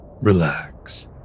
Relax